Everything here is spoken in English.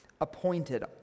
appointed